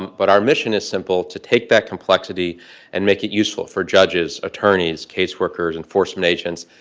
but our mission is simple to take that complexity and make it useful for judges, attorneys, caseworkers, enforcement agents,